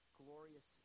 glorious